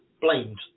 blamed